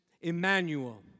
Emmanuel